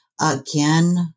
Again